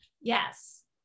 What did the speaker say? Yes